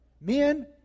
Men